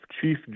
chief